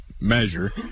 measure